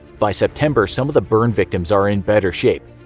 by september, some of the burn victims are in better shape.